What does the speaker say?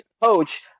coach